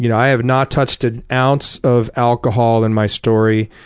you know i have not touched an ounce of alcohol in my story,